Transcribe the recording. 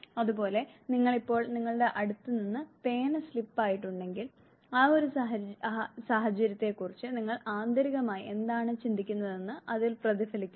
അതുപോലെ നിങ്ങൾ ഇപ്പോൾ നിങ്ങളുടെ അടുത്ത് നിന്ന് പേന സ്ലിപ് ആയിട്ടുണ്ടെങ്കിൽ ആ ഒരു സാഹചര്യത്തെക്കുറിച്ച് നിങ്ങൾ ആന്തരികമായി എന്താണ് ചിന്തിക്കുന്നതെന്ന് അതിൽ പ്രതിഫലിക്കുന്നു